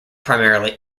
primarily